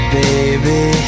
baby